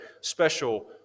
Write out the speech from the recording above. special